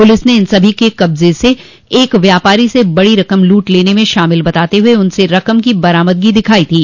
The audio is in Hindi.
पुलिस ने इन सभी को कस्बे के एक व्यापारी से बड़ी रकम लूट लेने में शामिल बताते हुए उनसे रकम की बरामदगी दिखाई थी